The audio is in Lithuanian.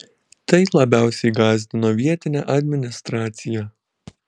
tai labiausiai gąsdino vietinę administraciją